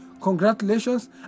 Congratulations